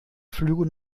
flüge